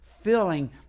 filling